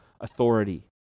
authority